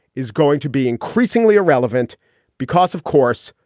is going to be increasingly irrelevant because, of course,